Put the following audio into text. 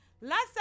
Last